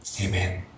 Amen